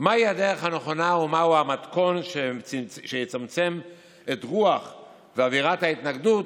מהי הדרך הנכונה ומהו המתכון שיצמצם את אווירת ההתנגדות